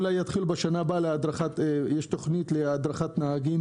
ואולי יתחילו בשנה הבאה עם תוכנית להדרכת נהגים